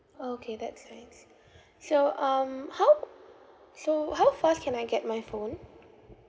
okay that's nice so um how so how fast can I get my phone